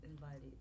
invited